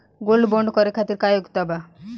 Gold bond करे खातिर का योग्यता बा?